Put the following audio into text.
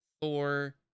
Thor